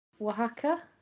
Oaxaca